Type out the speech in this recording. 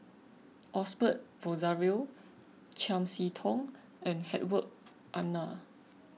Osbert Rozario Chiam See Tong and Hedwig Anuar